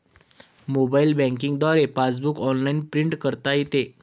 mobile banking द्वारे passbook online print करता येते